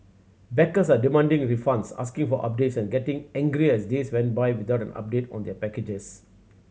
backers are demanding refunds asking for updates and getting angrier as days went by without an update on their packages